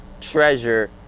treasure